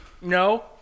No